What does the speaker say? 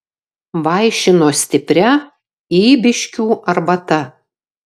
vaišino stipria ybiškių arbata